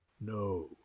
no